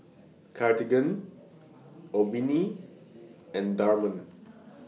Cartigain Obimin and Dermale